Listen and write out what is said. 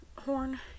horn